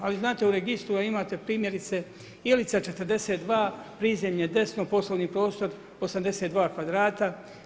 Ali znate u registru imate primjerice Ilica 42, prizemlje desno poslovni prostor 82 kvadrata.